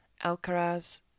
Alcaraz